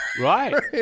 Right